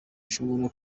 ishobora